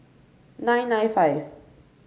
nine nine five